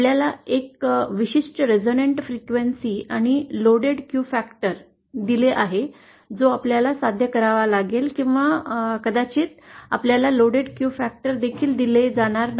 आपल्याला एक विशिष्ट रेझोनंट फ्रिक्वेन्सी आणि लोडेड क्यू फॅक्टर दिले आहे जो आपल्याला साध्य करावा लागेल किंवा कदाचित आपल्याला लोडेड क्यू फॅक्टर देखील दिले जाणार नाही